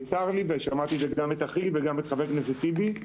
צר לי, ושמעתי את מה שאמרו אחי וחבר הכנסת טיבי,